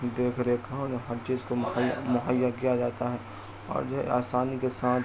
دیکھ ریکھ کا ہے نا ہر چیز کو مہیا مہیا کیا جاتا ہے اور جو ہے آسانی کے ساتھ